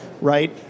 right